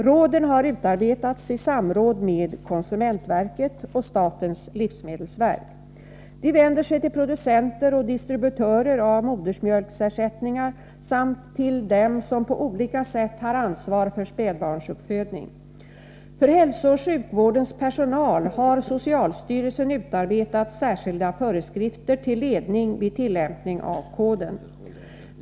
Råden har utarbetats i samråd med konsumentverket och statens livsmedelsverk. De vänder sig till producenter och distributörer av modersmjölksersättningar samt till dem som på olika sätt har ansvar för spädbarnsuppfödning. För hälsooch sjukvårdens personal har socialstyrelsen utarbetat särskilda föreskrifter till ledning vid tillämpning av koden.